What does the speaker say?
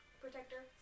protector